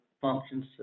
functions